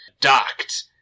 Docked